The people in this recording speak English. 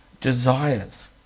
desires